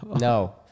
no